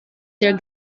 der